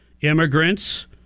immigrants